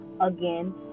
again